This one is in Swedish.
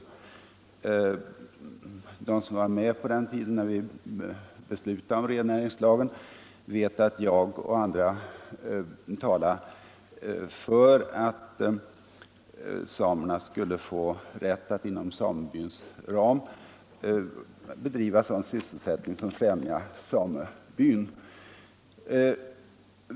De som var med på den tiden då vi beslutade om rennäringslagen minns kanske att jag och andra motionerade om att samerna skulle få rätt att inom samebyns ram bedriva all sådan sysselsättning som främjar samebyn.